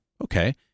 Okay